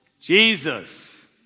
Jesus